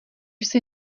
jsi